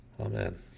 Amen